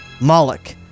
Moloch